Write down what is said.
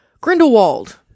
Grindelwald